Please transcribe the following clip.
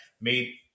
made